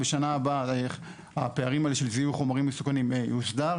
בשנה הבאה הפערים האלה של זיהוי חומרים מסוכנים יוסדר.